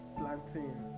planting